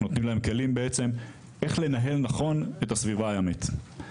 בעצם נותנים להם כלים לנהל נכון את הסביבה הימית.